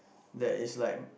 there is like